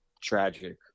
tragic